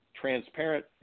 transparent